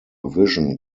vision